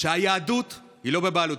שהיהדות היא לא בבעלותו,